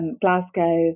Glasgow